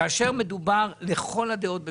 כאשר מדובר לכל הדעות במיסיון,